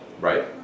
right